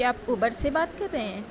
کیا آپ اوبر سے بات کر رہے ہیں